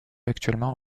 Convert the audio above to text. actuellement